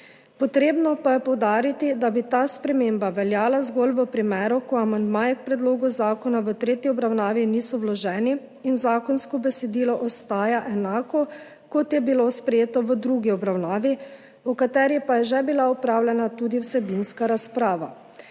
Treba pa je poudariti, da bi ta sprememba veljala zgolj v primeru, ko amandmaji k predlogu zakona v tretji obravnavi niso vloženi in zakonsko besedilo ostaja enako, kot je bilo sprejeto v drugi obravnavi, o kateri pa je že bila opravljena tudi vsebinska razprava.